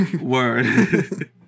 word